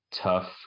Tough